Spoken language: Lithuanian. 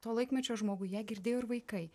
to laikmečio žmogui ją girdėjo ir vaikai